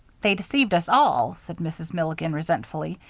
they deceived us all, said mrs. milligan, resentfully.